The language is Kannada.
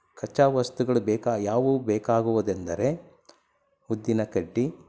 ಖಚ್ಚಾ ವಸ್ತುಗಳು ಬೇಕು ಯಾವುವು ಬೇಕಾಗುವುದೆಂದರೆ ಊದಿನ ಕಡ್ಡಿ